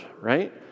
right